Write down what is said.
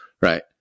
right